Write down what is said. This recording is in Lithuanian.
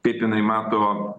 kaip jinai mato